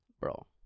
Bro